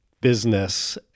business